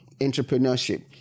entrepreneurship